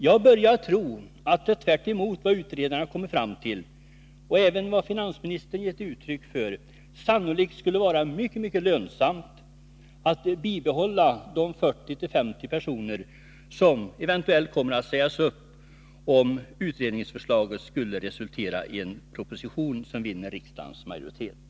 Jag börjar tro att det — tvärtemot vad utredarna kom fram till och även vad finansministern har gett uttryck för — sannolikt skulle vara mycket lönsamt att bibehålla de 40-50 personer som eventuellt kommer att sägas upp, om utredningsförslaget skulle resultera i en proposition som vinner riksdagens majoritet.